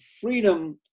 freedom